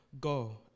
go